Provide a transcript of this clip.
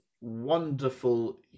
wonderful